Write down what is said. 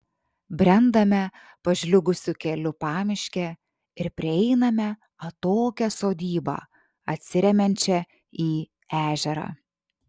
brendame pažliugusiu keliu pamiške ir prieiname atokią sodybą atsiremiančią į ežerą